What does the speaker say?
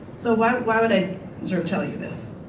so why why would i sort of tell you this?